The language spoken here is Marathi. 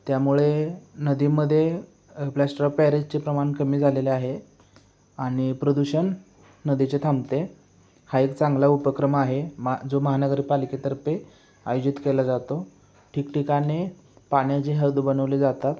त्यामुळे नदीमदे प्लॅस्टर ऑफ पॅरिसचे प्रमाण कमी झालेले आहे आणि प्रदूषण नदीचे थांबते हा एक चांगला उपक्रम आहे मा जो महानगरपालिकेतर्फे आयोजित केला जातो ठिकठिकाणी पाण्याचे हौद बनवले जातात